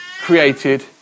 created